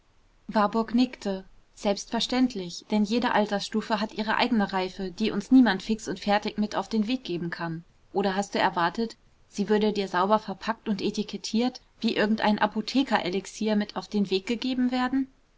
warburg nickte selbstverständlich denn jede altersstufe hat ihre eigene reife die uns niemand fix und fertig mit auf den weg geben kann oder hast du erwartet sie würde dir sauber verpackt und etikettiert wie irgendein apotheker elixier mit auf den weg gegeben werden